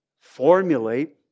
formulate